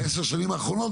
-- בעשר השנים האחרונות,